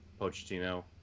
Pochettino